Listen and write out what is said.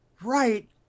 right